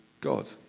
God